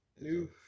New